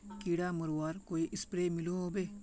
कीड़ा मरवार कोई स्प्रे मिलोहो होबे?